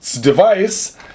device